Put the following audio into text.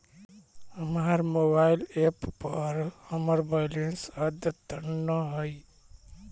हमर mobile app पर हमर बैलेंस अद्यतन ना हई